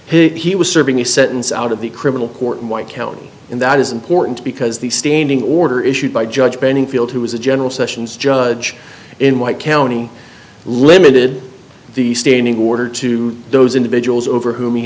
and he was serving the sentence out of the criminal court in white county and that is important because the standing order issued by judge bedingfield who was a general sessions judge in white county limited the standing order to those individuals over who